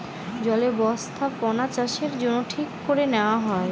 জলে বস্থাপনাচাষের জন্য ঠিক করে নেওয়া হয়